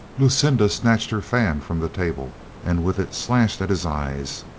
lucinda snatched her fan from the table and with it slashed at his eyes.